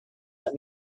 let